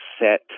set